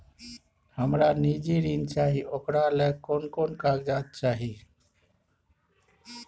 हमरा निजी ऋण चाही ओकरा ले कोन कोन कागजात चाही?